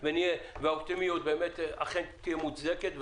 והאופטימיות תהיה מוצדקת,